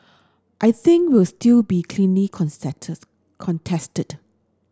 I think will still be keenly contested contested